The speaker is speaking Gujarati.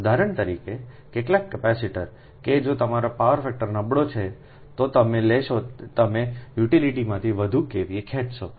ઉદાહરણ તરીકે કેટલાક કેપેસિટર કે જો તમારો પાવર ફેક્ટર નબળો છે તો તમે લેશો તમે યુટિલિટીમાંથી વધુ KVA ખેંચશો